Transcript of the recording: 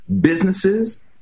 businesses